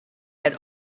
had